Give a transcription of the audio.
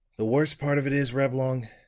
the worst part of it is, reblong,